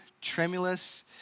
tremulous